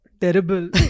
terrible